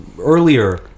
earlier